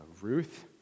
Ruth